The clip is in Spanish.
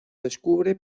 descubre